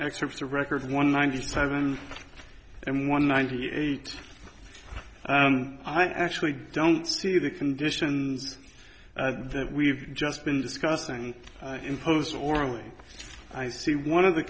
excerpts of records one ninety seven and one ninety eight i actually don't see the conditions that we've just been discussing imposed orally i see one of the